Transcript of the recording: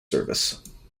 service